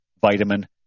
vitamin